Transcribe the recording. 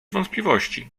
wątpliwości